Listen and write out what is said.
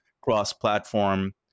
cross-platform